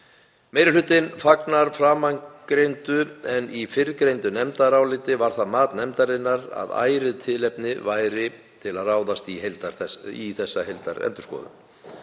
Meiri hlutinn fagnar framangreindu en í fyrrgreindu nefndaráliti var það mat nefndarinnar að ærið tilefni væri til að ráðast í heildarendurskoðun